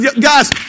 Guys